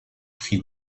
prix